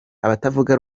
abatavuga